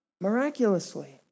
miraculously